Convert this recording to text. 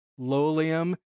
lolium